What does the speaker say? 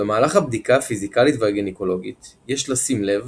במהלך הבדיקה הפיזיקלית והגניקולוגית יש לשים לב